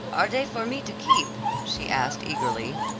are they for me to keep? she asked eagerly.